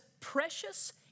precious